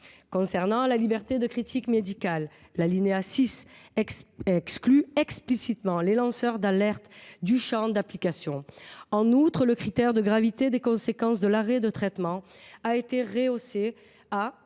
Concernant la liberté de critique médicale, l’alinéa 6 exclut explicitement les lanceurs d’alerte du champ d’application du texte. En outre, le critère de gravité des conséquences de l’arrêt du traitement a été rehaussé :